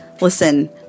listen